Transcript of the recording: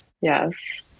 yes